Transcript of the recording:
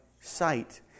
sight